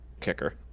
kicker